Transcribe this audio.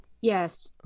Yes